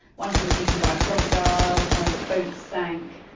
one of them was eaten by a crocodile, one of the boats sank,